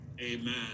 amen